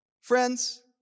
Friends